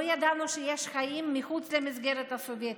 לא ידענו שיש חיים מחוץ למסגרת הסובייטית.